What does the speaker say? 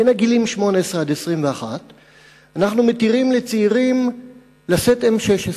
בגילים 18 21 אנחנו מתירים לצעירים לשאת M-16,